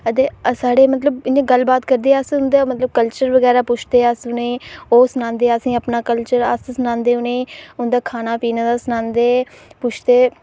अते साढ़े मतलब इ'यां गल्ल बात करदे अस उं'दा मतलब कल्चर बगैरा पुछदे उ'नेंई अस ओह् सनांदे असें ई अपना कल्चर अस अपना सनांदे उ'नें ई फिर खाना पीना सनांदे पुछदे